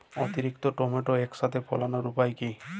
অতিরিক্ত টমেটো একসাথে ফলানোর উপায় কী?